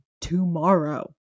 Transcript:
tomorrow